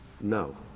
No